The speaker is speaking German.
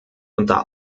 unter